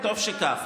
וטוב שכך.